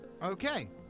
Okay